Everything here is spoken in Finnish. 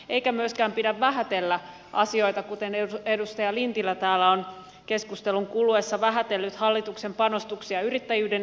eikä myöskään pidä vähätellä asioita kuten edustaja lintilä täällä on keskustelun kuluessa vähätellyt hallituksen panostuksia yrittäjyyden edistämiseksi